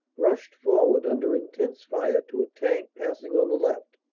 rushed forward under intense fire to a tank passing on the left.